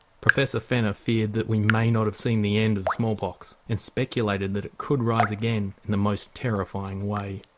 professor fenner feared that we may not have seen the end of smallpox and speculated that it could rise again in the most terrifying way.